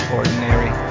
ordinary